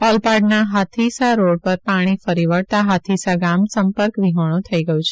ઓલપાડના Hathisa road પર પાણી ફરી વળતા હાથીસા ગામ સંપર્ક વિહોણો થઈ ગયૂં છે